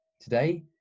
Today